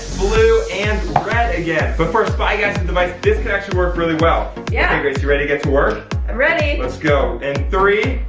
blue, and red again. but for a spy gadget device, this could actually work really well. yeah. okay grace, you ready to get to work? i'm ready. let's go. in three,